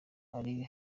ari